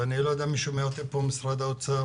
ואני לא יודע אם נוכחים פה ממשרד האוצר,